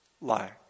Lie